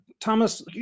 Thomas